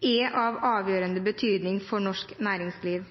er av avgjørende betydning for norsk næringsliv.